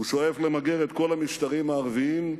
הוא שואף למגר את כל המשטרים הערביים,